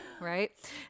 right